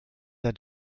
der